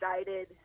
excited